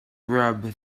rub